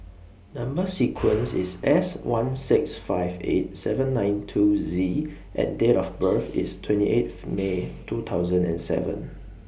Number sequence IS S one six five eight seven nine two Z and Date of birth IS twenty eighth May two thousand and seven